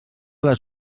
les